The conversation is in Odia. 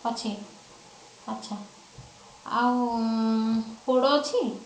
ଅଛି ଆଚ୍ଛା ଆଉ ପୋଡ଼ ଅଛି